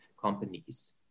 companies